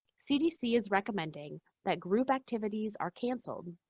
cdc is recommending that group activities are cancelled